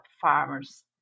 farmers